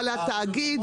אבל התאגיד,